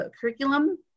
curriculum